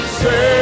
say